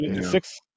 Six